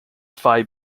phi